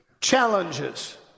challenges